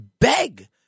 beg